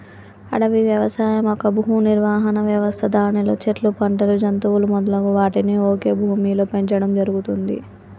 అడవి వ్యవసాయం ఒక భూనిర్వహణ వ్యవస్థ దానిలో చెట్లు, పంటలు, జంతువులు మొదలగు వాటిని ఒకే భూమిలో పెంచడం జరుగుతుంది